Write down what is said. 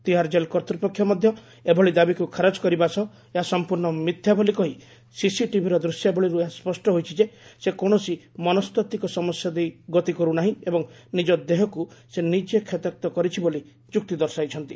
ତିହାରଜେଲ କର୍ତ୍ତ୍ୱପକ୍ଷ ମଧ୍ୟ ଏଭଳି ଦାବିକୁ ଖାରଜ କରିବା ସହ ଏହା ସମ୍ପ୍ରର୍ଷ ମିଥ୍ୟାବୋଳି କହି ସିସିଟିଭିର ଦୂଶ୍ୟାବଳୀରୁ ଏହା ସ୍ୱଷ୍ଟ ହୋଇଛି ଯେ ସେ କୌଣସି ମନସ୍ତାତ୍ତ୍ୱିକ ସମସ୍ୟା ଦେଇ ଗତି କରୁନାହିଁ ଏବଂ ଦେହକୁ ନିଜକୁ ସେ ନିଜେ କ୍ଷତାକ୍ତ କରିଛି ବୋଲି ଯୁକ୍ତି ଦର୍ଶାଇଛନ୍ତି